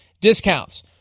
discounts